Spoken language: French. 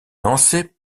lancé